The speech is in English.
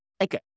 Okay